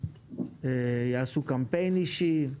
יעשו קמפיין אישי,